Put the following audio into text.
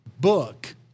book